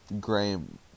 Graham